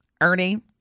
Ernie